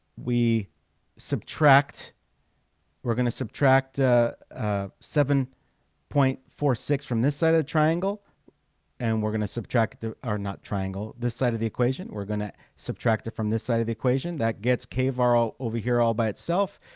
we subtract we're going to subtract seven point four six from this side of the triangle and we're going to subtract the are not triangle this side of the equation we're going to subtract it from this side of the equation that gets kvar all over here all by itself.